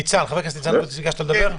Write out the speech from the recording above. חבר הכנסת ניצן הורוביץ, ביקשת לדבר.